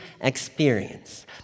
experience